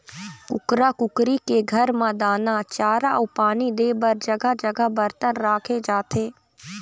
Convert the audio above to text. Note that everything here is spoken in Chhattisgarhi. कुकरा कुकरी के घर म दाना, चारा अउ पानी दे बर जघा जघा बरतन राखे जाथे